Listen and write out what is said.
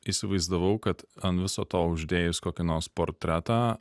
įsivaizdavau kad ant viso to uždėjus kokį nors portretą